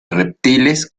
reptiles